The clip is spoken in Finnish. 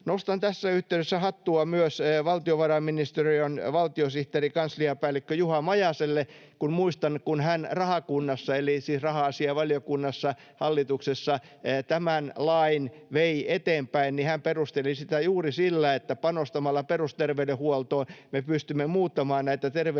Nostan tässä yhteydessä hattua myös valtiovarainministeriön valtiosihteeri, kansliapäällikkö Juha Majaselle. Muistan, kun hän rahakunnassa eli siis raha-asiainvaliokunnassa hallituksessa tämän lain vei eteenpäin ja hän perusteli sitä juuri sillä, että panostamalla perusterveydenhuoltoon me pystymme muuttamaan näitä terveydenhuollon